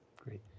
Great